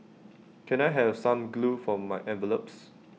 can I have some glue for my envelopes